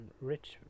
rich